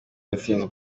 natsinze